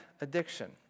addiction